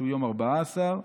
שהוא יום ארבעה עשר,